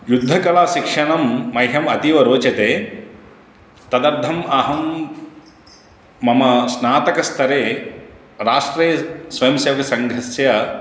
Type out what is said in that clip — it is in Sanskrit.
युद्धकलाशिक्षणं मह्यम् अतीव रोचते तदर्थम् अहं मम स्नातकस्तरे राष्ट्रियस्वयंसेवकसङ्घस्य